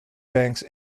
banks